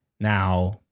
now